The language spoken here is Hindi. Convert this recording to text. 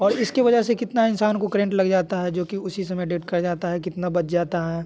और इसकी वजह से कितना इंसान को करेंट लग जाता है जो कि उसी समय डेड कर जाता है कितना बच जाता है